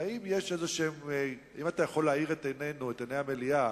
אם אתה יכול להאיר את עינינו, את עיני המליאה,